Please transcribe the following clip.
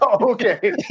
Okay